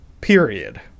period